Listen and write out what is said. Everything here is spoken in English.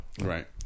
Right